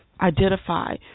identify